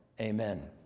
amen